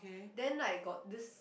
then like got this